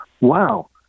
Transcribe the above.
wow